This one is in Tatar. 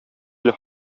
әле